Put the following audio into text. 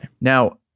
Now